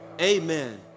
amen